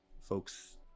folks